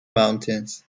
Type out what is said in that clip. mountains